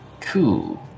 Cool